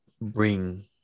bring